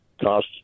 cost